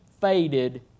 faded